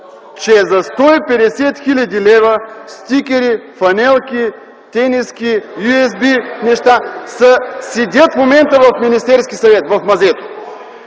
че за 150 хил. лв. стикери, фланелки, тениски, USB седят в момента в Министерския съвет – в мазето.